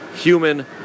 human